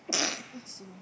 excuse me